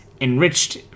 enriched